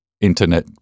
internet